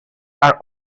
are